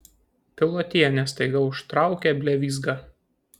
pilotienė staiga užtraukia blevyzgą